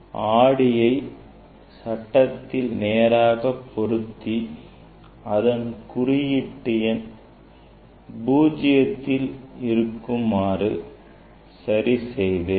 ஆடியை சட்டத்தில் நேராக பொருத்தி அதன் குறியீட்டு எண் பூஜ்ஜியத்தில் இருக்குமாறு சரி செய்தேன்